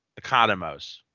Economos